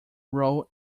role